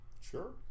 Sure